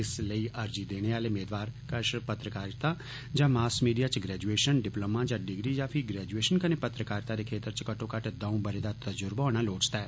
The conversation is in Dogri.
इस लेई अर्जी देने आले मेदवार कष पत्रकारिता जाँ मॉस मीडिया च ग्रैजुएषन डिपलोमा जां डिग्री जां पही ग्रैजुएषन कन्नै पत्रकारिता दे क्षेत्र च घट्टो घट्ट दऊं बरें दा तजुर्बा होना लोड़चदा ऐ